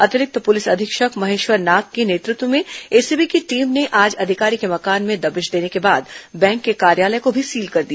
अतिरिक्त प्रलिस अधीक्षक महेश्वर नाग के नेतृत्व में एसीबी की टीम ने आज अधिकारी के मकान में दबिश देने के बाद बैंक के कार्यालय को भी सील कर दिया